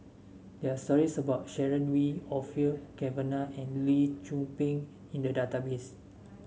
there are stories about Sharon Wee Orfeur Cavenagh and Lee Tzu Pheng in the database